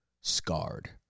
scarred